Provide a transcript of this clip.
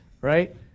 right